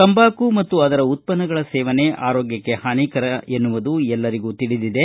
ತಂಬಾಕು ಮತ್ತು ಅದರ ಉತ್ಪನ್ನಗಳ ಸೇವನೆ ಆರೋಗ್ಯಕ್ಕೆ ಹಾನಿಕಾರಕ ಎನ್ನುವುದು ಎಲ್ಲರಿಗೂ ತಿಳಿಬದೆ